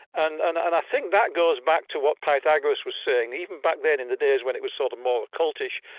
and and and i think that goes back to what pythagoras was saying. even back then in the days when it was sort of more cultish,